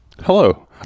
Hello